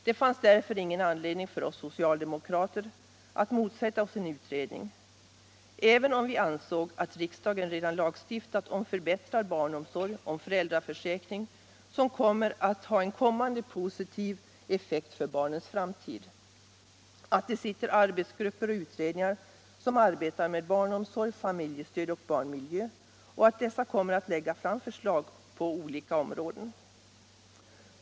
Det fanns därför ingen anledning för oss socialdemokrater att motsätta oss en utredning, även om vi ansåg att riksdagen redan lagstiftat om förbättrad barnomsorg och föräldraförsäkring, reformer som kommer att ha en positiv effekt för barnens framtid, och att de arbetsgrupper och utredningar som arbetar med barnomsorg, familjestöd och barnmiljö kommer att lägga fram förslag på olika områden.